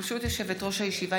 ברשות יושבת-ראש הישיבה,